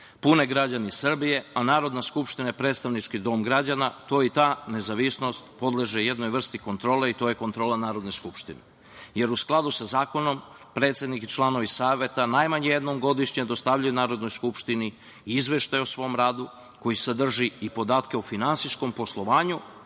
pune građani Srbije, a Narodna skupština je predstavnički dom građana, to i ta nezavisnost podleže jednoj vrsti kontrole i to je kontrola Narodne skupštine.U skladu sa zakonom, predsednik i članovi Saveta najmanje jednom godišnje dostavljaju Narodnoj skupštini izveštaj o svom radu, koji sadrži i podatke o finansijskom poslovanju,